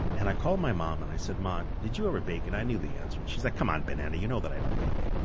and i called my mom, and i said, ma, did you ever bake? and i knew the answer. she's like, come on, banana! you know that i don't bake,